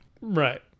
right